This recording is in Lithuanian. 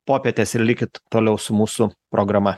popietės ir likit toliau su mūsų programa